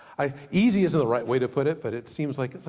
ah easy isn't the right way to put it, but it seems like,